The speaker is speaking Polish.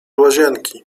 łazienki